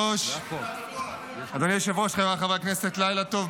התשפ"ד 2024, של חבר הכנסת אריאל קלנר.